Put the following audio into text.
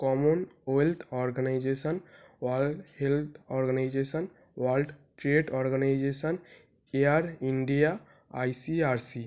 Commonwealth Organisation World Health Organisation World Trade Organisation Air India ICRC